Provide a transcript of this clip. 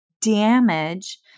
damage